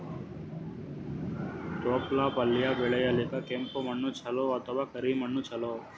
ತೊಪ್ಲಪಲ್ಯ ಬೆಳೆಯಲಿಕ ಕೆಂಪು ಮಣ್ಣು ಚಲೋ ಅಥವ ಕರಿ ಮಣ್ಣು ಚಲೋ?